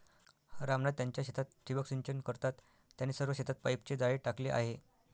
राम नाथ त्यांच्या शेतात ठिबक सिंचन करतात, त्यांनी सर्व शेतात पाईपचे जाळे टाकले आहे